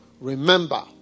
Remember